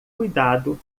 cuidado